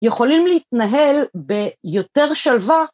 יכולים להתנהל ביותר שלווה